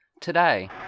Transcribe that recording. today